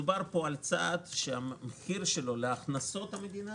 מדובר פה על צעד שהמחיר שלו להכנסות המדינה